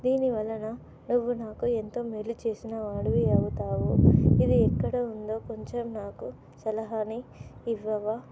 దీని వలన నువ్వు నాకు ఎంతో మేలు చేసిన వాడివి అవుతావు ఇది ఎక్కడ ఉందో కొంచెం నాకు సలహాన్ని ఇవ్వవా